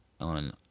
on